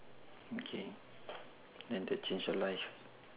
okay and the change your life